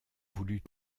voulut